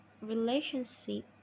relationship